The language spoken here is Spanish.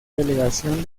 delegación